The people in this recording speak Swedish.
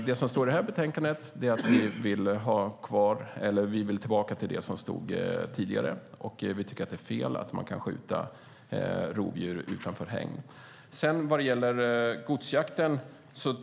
Det som står i det här betänkandet är att vi vill tillbaka till det som stod tidigare, och vi tycker att det är fel att man kan skjuta rovdjur utanför hägn. Sedan gäller det godsjakten.